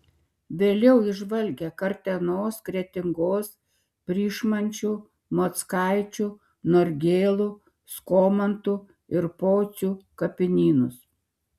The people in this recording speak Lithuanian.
vėliau jis žvalgė kartenos kretingos pryšmančių mockaičių norgėlų skomantų ir pocių kapinynus